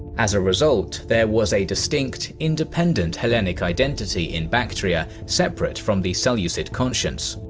as a result, there was a distinct, independent hellenic identity in bactria separate from the seleucid conscience.